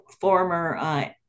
former